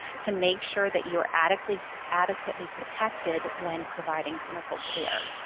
to make sure that you're adequately adequately protected when providing clinical care,